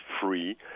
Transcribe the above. free